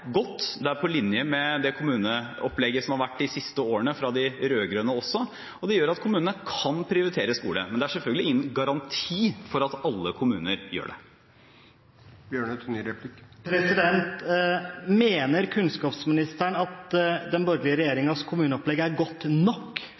godt. Det er på linje med det kommuneopplegget som har vært de siste årene fra de rød-grønne, og som gjør at kommunene kan prioritere skole, men det er selvfølgelig ingen garanti for at alle kommuner gjør det. Mener kunnskapsministeren at den borgerlige regjeringens kommuneopplegg er godt nok